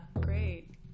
great